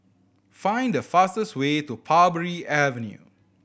find the fastest way to Parbury Avenue